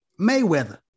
Mayweather